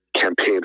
campaign